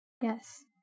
Yes